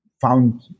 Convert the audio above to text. found